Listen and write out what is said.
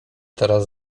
teraz